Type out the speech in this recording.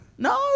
No